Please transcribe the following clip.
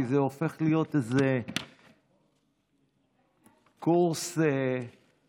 כי זה הופך להיות איזה קורס באוניברסיטה.